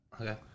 Okay